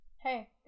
Hey